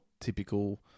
typical